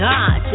God